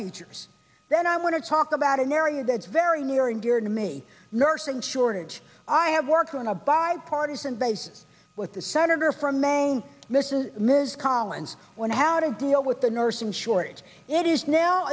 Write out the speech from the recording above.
teachers then i want to talk about an area that's very near and dear to me nursing shortage i have worked on a bipartisan basis with the senator from maine mrs ms collins when how to deal with the nursing shortage it is now